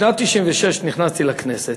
בשנת 1996 נכנסתי לכנסת.